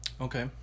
Okay